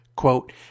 Quote